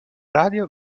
radio